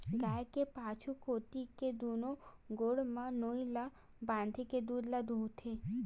गाय के पाछू कोती के दूनो गोड़ म नोई ल बांधे के दूद ल दूहूथे